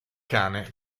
cane